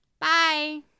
bye